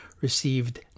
received